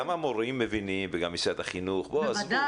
גם המורים מבינים, וגם משרד החינוך, עזבו.